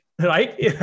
Right